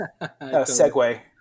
segue